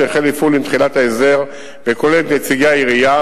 שהחל לפעול עם תחילת ההסדר ואשר כולל את נציגי העירייה,